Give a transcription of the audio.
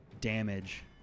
damage